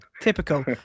Typical